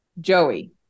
Joey